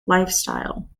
lifestyle